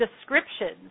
descriptions